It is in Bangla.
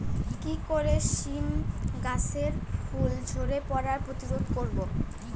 কি করে সীম গাছের ফুল ঝরে পড়া প্রতিরোধ করব?